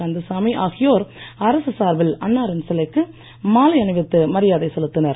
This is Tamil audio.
கந்தசாமி ஆகியோர் அரசு சார்பில் அன்னாரின் சிலைக்கு மாலை அணிவித்து மரியாதை செலுத்தினர்